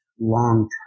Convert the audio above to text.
long